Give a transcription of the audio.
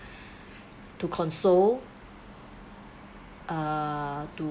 to console uh to